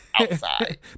outside